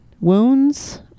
wounds